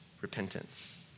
repentance